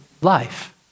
life